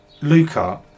Luca